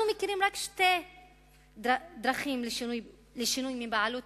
אנחנו מכירים רק שתי דרכים לשינוי מבעלות